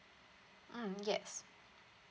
mm yes